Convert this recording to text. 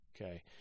Okay